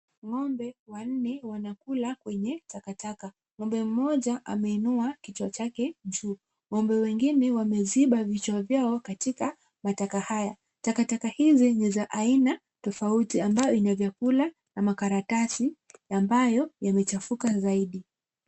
Ng'ombe wanne wanakula kwenye takataka. Ng'ombe mmoja ameinua kichwa chake juu. Ng'ombe wengine wameziba vichwa vyao katika mataka haya. Takataka hizi ni za aina tofauti, ambayo ina vyakula na makaratasi ambayo yamechafuka zaidi.